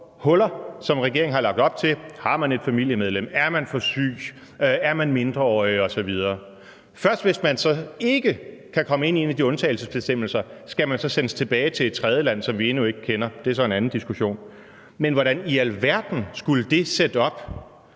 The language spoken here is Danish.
huller, som regeringen har lagt op til: Har man et familiemedlem, er man for syg, er man mindreårig osv.? Først hvis man så ikke kan komme ind under en af de undtagelsesbestemmelser, skal man så sendes tilbage til et tredjeland, som vi endnu ikke kender – det er så en anden diskussion. Men hvordan i alverden skulle det setup